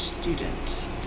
student